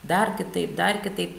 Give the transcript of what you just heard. dar kitaip dar kitaip